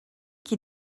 qui